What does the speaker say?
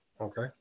Okay